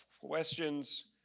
questions